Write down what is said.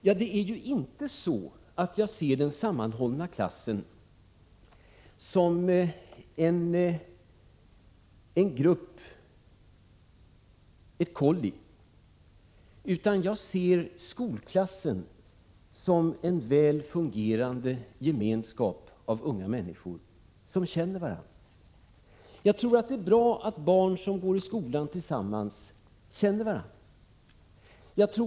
Jag ser inte den sammanhållna klassen som ett kolli, utan jag ser skolklassen som en väl fungerande gemenskap av unga människor som känner varandra. Jag tror att det är bra att barn som går i skolan tillsammans känner varandra.